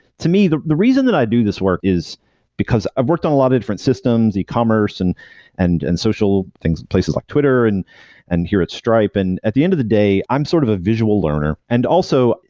to me the the reason that i do this work is because i've worked on a lot of different systems, e-commerce and and and social things, places like twitter and and here at stripe and at the end of the day, i'm sort of a visual learner. and also,